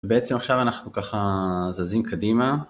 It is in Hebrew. בעצם עכשיו אנחנו ככה זזים קדימה